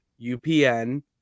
UPN